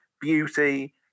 beauty